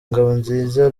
ngabonziza